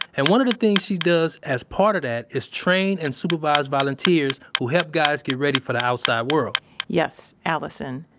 and one of the things she does as part of that is train and supervise volunteers who help guys get ready for the outside world yes, allyson.